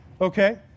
Okay